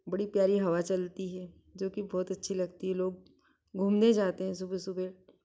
बड़ी प्यारी हवा चलती है जो कि बहुत अच्छी लगती है लोग घूमने जाते हैं सुबह सुबह